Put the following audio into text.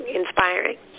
inspiring